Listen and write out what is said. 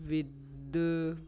with